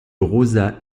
rosa